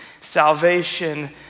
salvation